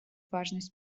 важность